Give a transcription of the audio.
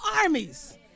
armies